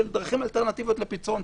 שהן דרכים אלטרנטיביות לפתרון סכסוכים,